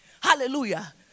Hallelujah